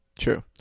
True